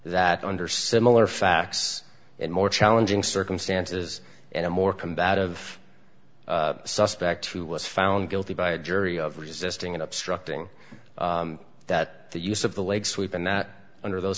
that under similar facts and more challenging circumstances and a more combative suspect who was found guilty by a jury of resisting and obstructing that the use of the leg sweep and that under those